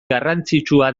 garrantzitsua